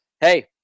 Hey